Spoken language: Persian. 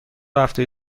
هفته